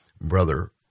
Brother